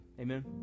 Amen